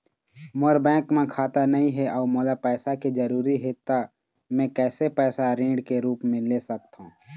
मोर bank म खाता नई हे अउ मोला पैसा के जरूरी हे त मे कैसे पैसा ऋण के रूप म ले सकत हो?